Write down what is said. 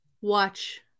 watch